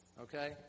okay